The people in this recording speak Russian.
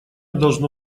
должно